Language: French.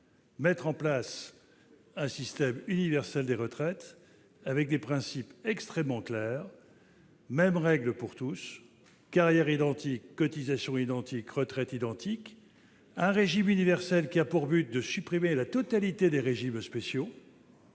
mettre en place un système universel des retraites, avec des principes extrêmement clairs : mêmes règles pour tous ; à carrières identiques, cotisations identiques et retraites identiques ; mise en place d'un régime universel, dont le but est de supprimer la totalité des régimes spéciaux-